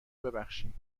ببخشیم